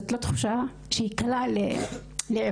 זאת לא תחושה שהיא קלה לעיכול,